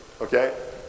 Okay